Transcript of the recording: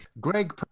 Greg